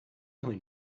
really